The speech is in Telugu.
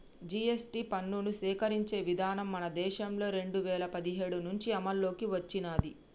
జీ.ఎస్.టి పన్నుని సేకరించే విధానం మన దేశంలో రెండు వేల పదిహేడు నుంచి అమల్లోకి వచ్చినాది